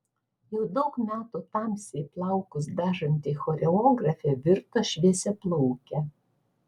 jau daug metų tamsiai plaukus dažanti choreografė virto šviesiaplauke